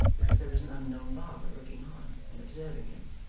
because there was an unknown barbara looking on and observing him.